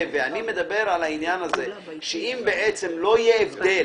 אני מדבר על כך שאם לא יהיה הבדל